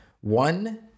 one